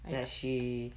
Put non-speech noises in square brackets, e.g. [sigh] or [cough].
I [noise]